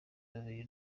babiri